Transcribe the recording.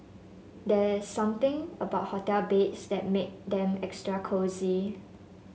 there's something about hotel beds that make them extra cosy